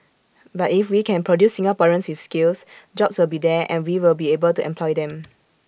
but if we can produce Singaporeans with skills jobs will be there and we will be able to employ them